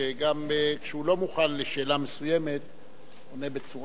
שגם כשהוא לא מוכן לשאלה מסוימת עונה בצורה